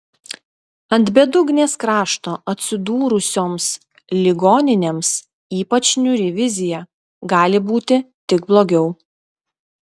ant bedugnės krašto atsidūrusioms ligoninėms ypač niūri vizija gali būti tik blogiau